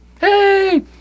Hey